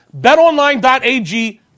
BetOnline.ag